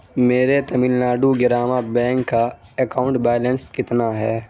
میرے تمل ناڈو گرامہ بینک کا account balance کتنا ہے